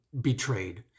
betrayed